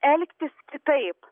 elgtis kitaip